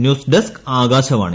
news desk Akashvani